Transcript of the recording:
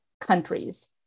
countries